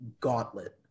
gauntlet